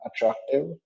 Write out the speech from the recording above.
attractive